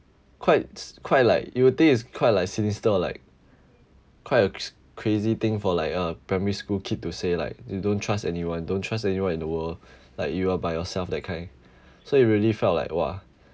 quite s~ quite like you would think it's quite like sinister or like quite a crazy thing for like a primary school kid to say like they don't trust anyone don't trust anyone in the world like you are by yourself that kind so it really felt like !wah!